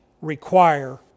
require